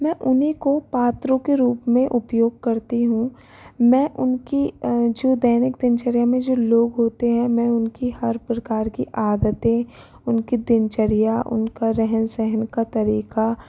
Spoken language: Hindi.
मैं उन्हीं को पात्रों के रूप में उपयोग करती हूँ मैं उनकी जो दैनिक दिनचर्या में जो लोग होते हैं मैं उनकी हर प्रकार की आदतें उनके दिनचर्या उनका रहन सहन का तरीका